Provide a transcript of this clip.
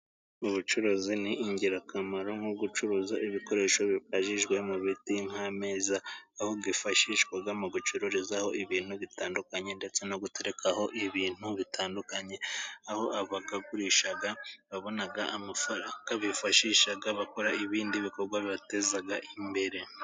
Ubucuruzi ni ingirakamaro, nko gucuruza ibikoresho bibajijwe mu biti nk'ameza, aho byifashishwa mu gucururizaho ibintu bitandukanye, ndetse no guterekaho ibintu bitandukanye, aho abagurisha babona amafaranga bifashisha bakora ibindi bikorwa bibateza imbere.